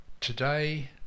Today